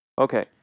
okay